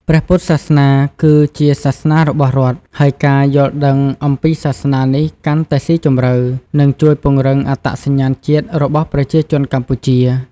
ព្រះពុទ្ធសាសនាគឺជាសាសនារបស់រដ្ឋ ហើយការយល់ដឹងអំពីសាសនានេះកាន់តែស៊ីជម្រៅ នឹងជួយពង្រឹងអត្តសញ្ញាណជាតិរបស់ប្រជាជនកម្ពុជា។